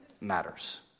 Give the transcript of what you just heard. matters